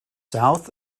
south